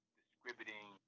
distributing